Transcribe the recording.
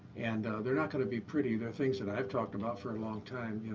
and they're not going to be pretty. they're things that i've talked about for a long time.